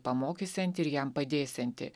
pamokysianti ir jam padėsianti